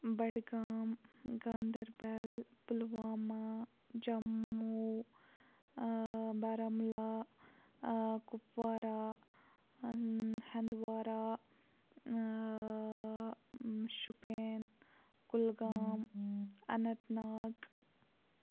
Budgam Ganderbal Pulwama Jammu Baramulla Kupwara Handwara Shopian Kulgam Anant Nag